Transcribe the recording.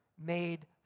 made